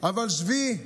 אבל שבי,